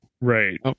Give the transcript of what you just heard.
Right